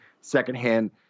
secondhand